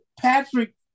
Patrick